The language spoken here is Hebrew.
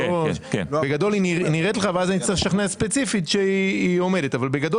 אז אני אצטרך לשכנע ספציפית שהיא עומדת אבל בגדול